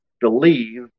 believe